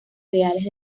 reales